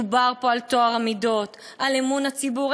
מדובר פה על טוהר המידות, על אמון הציבור.